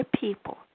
people